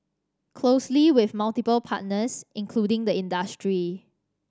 closely with multiple partners including the industry